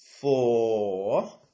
four